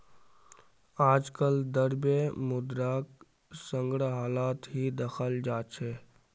आजकल द्रव्य मुद्राक संग्रहालत ही दखाल जा छे